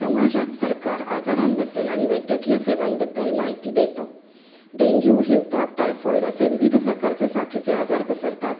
समाजात सरकार आजारांबद्दल आणि वैद्यकीय सेवांबद्दल माहिती देतं डेंग्यू हिवताप टायफॉईड असे विविध प्रकारचे साथीचे आजार पसरतात